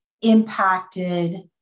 impacted